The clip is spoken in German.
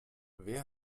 wer